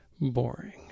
boring